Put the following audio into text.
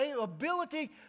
ability